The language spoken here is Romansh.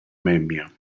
memia